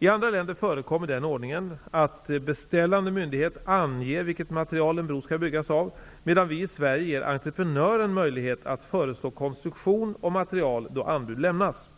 I andra länder förekommer den ordningen att beställande myndighet anger vilket material en bro skall byggas av, medan vi i Sverige ger entreprenören möjlighet att föreslå konstruktion och material då anbud lämnas.